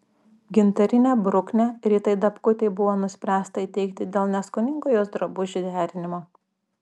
gintarinę bruknę ritai dapkutei buvo nuspręsta įteikti dėl neskoningo jos drabužių derinimo